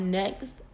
next